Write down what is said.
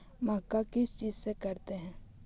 मक्का किस चीज से करते हैं?